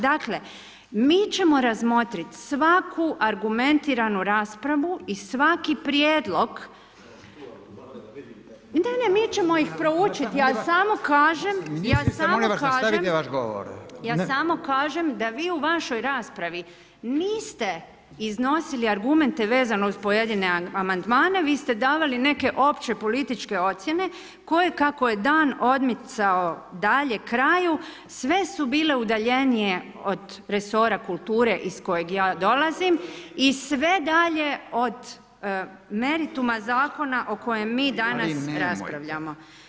Dakle, mi ćemo razmotriti svaku argumentiranu raspravu i svaki prijedlog… ... [[Upadica: ne čuje se.]] Da, mi ćemo ih proučit, ja samo kažem [[Upadica Radin: Oprostite ministrice, molim vas nastavite vaš govor.]] Ja samo kažem da vi u vašoj raspravi niste iznosili argumente vezano uz pojedine amandmane, vi ste davali neke opće političke ocjene, koje kako je dan odmicao dalje kraju, sve su bile udaljenije od resora kulture iz kojeg ja dolazim i sve dalje od merituma zakona o kojem mi danas raspravljamo.